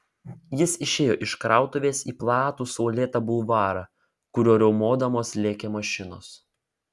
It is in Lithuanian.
jis išėjo iš krautuvės į platų saulėtą bulvarą kuriuo riaumodamos lėkė mašinos